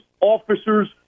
officer's